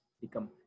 become